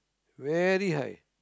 very high